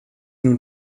nun